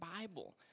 Bible